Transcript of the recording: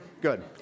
good